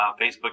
Facebook